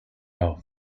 off